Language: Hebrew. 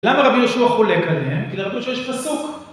למה רבי יהושע חולק עליהם? כי לרבי יהושע יש פסוק.